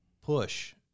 push